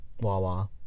Wawa